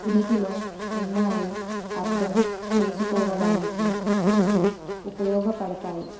ఉనికిలో ఉన్నాయో అర్థం చేసుకోవడానికి ఇవి ఉపయోగపడతాయి